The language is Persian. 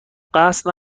قصد